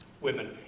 women